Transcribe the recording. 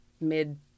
mid